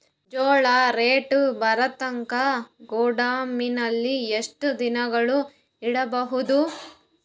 ಜೋಳ ರೇಟು ಬರತಂಕ ಗೋದಾಮಿನಲ್ಲಿ ಎಷ್ಟು ದಿನಗಳು ಯಿಡಬಹುದು?